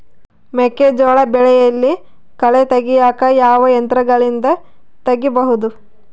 ಮೆಕ್ಕೆಜೋಳ ಬೆಳೆಯಲ್ಲಿ ಕಳೆ ತೆಗಿಯಾಕ ಯಾವ ಯಂತ್ರಗಳಿಂದ ತೆಗಿಬಹುದು?